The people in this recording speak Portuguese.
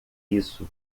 isso